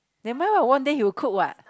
never mind lah one day he will cook what